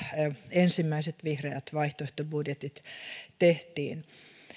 ensimmäiset vihreät vaihtoehtobudjetit